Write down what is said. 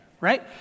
Right